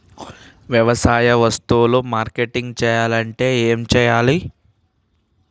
వ్యవసాయ వస్తువులు మార్కెటింగ్ చెయ్యాలంటే ఏం చెయ్యాలే?